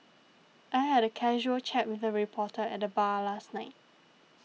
I had a casual chat with a reporter at the bar last night